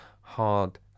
hard